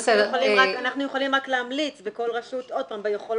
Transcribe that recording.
אנחנו יכולים רק להמליץ, וכל רשות ביכולות שלה.